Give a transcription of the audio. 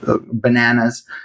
bananas